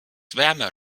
wärmer